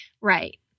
Right